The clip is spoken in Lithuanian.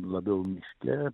labiau miške